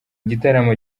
gitaramo